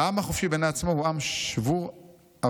"העם החופשי בעיני עצמו הוא עם שבור אֲבָרוֹת.